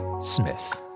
Smith